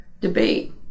debate